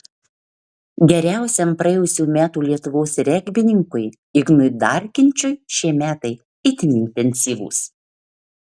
geriausiam praėjusių metų lietuvos regbininkui ignui darkinčiui šie metai itin intensyvūs